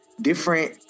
different